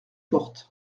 portent